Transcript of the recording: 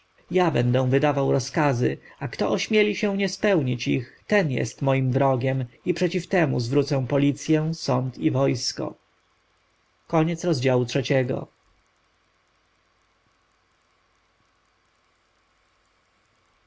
ja będę wydawał rozkazy a kto ośmieli się nie spełnić ich ten jest moim wrogiem i przeciw temu zwrócę policję sąd i wojsko